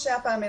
מה שהיה פעם,